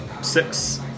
six